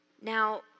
Now